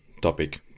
topic